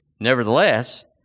nevertheless